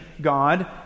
god